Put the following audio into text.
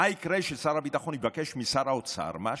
מה יקרה כששר הביטחון יבקש משר האוצר משהו?